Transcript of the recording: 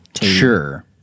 Sure